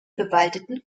bewaldeten